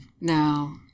No